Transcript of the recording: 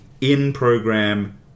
in-program